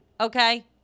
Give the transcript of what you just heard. Okay